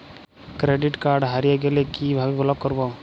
Credit card হারিয়ে গেলে কি ভাবে ব্লক করবো?